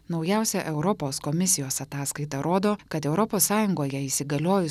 naujausia europos komisijos ataskaita rodo kad europos sąjungoje įsigaliojus